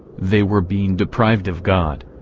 they were being deprived of god.